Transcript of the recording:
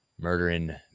murdering